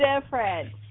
different